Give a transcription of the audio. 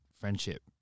friendship